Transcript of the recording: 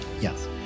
yes